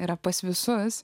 yra pas visus